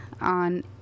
On